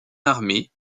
armés